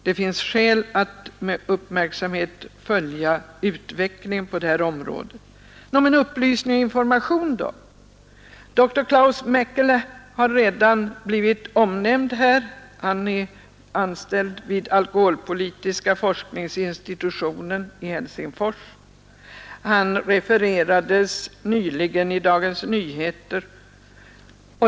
Det finns skäl att med uppmärksamhet följa utvecklingen på detta område. Men upplysning och information då? Dr Klaus Mäkelä har här redan blivit nämnd. Han är anställd vid alkoholpolitiska forskningsinstitutionen i Helsingfors och refererades nyligen i Dagens Nyheter.